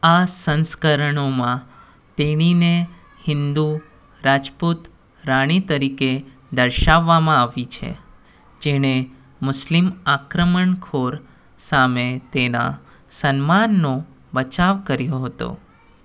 આ સંસ્કરણોમાં તેણીને હિન્દુ રાજપૂત રાણી તરીકે દર્શાવવામાં આવી છે જેણે મુસ્લિમ આક્રમણખોર સામે તેનાં સન્માનનો બચાવ કર્યો હતો